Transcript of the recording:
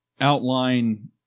outline